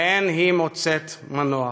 ואין היא מוצאת מנוח.